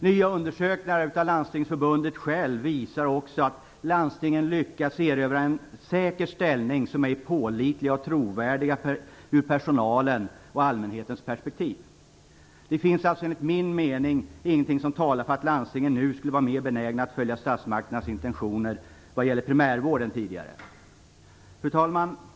Nya undersökningar av Landstingsförbundet självt visar också att landstingen lyckats erövra en säker ställning som ej pålitliga eller trovärdiga ur personalens och allmänhetens perspektiv. Det finns alltså enligt min mening ingenting som talar för att landstingen nu skulle vara mera benägna att följa statsmakternas intentioner vad gäller primärvården än de tidigare varit. Herr talman!